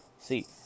see